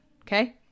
okay